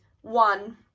one